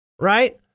Right